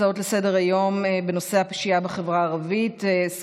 אני אומר לסיום: זה אתגר משותף לכולנו.